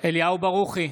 אליהו ברוכי,